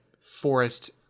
forest